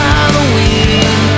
Halloween